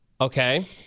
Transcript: Okay